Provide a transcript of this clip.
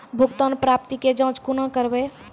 भुगतान प्राप्ति के जाँच कूना करवै?